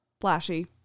Flashy